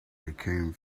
became